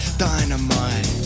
dynamite